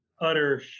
utter